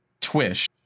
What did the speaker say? twist